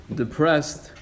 depressed